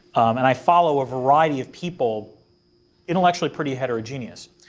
and i follow a variety of people intellectually pretty heterogeneous.